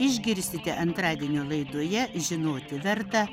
išgirsite antradienio laidoje žinoti verta